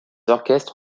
orchestres